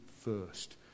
first